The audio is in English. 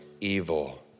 evil